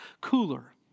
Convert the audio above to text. cooler